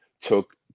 took